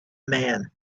man